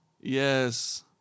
yes